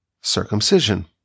circumcision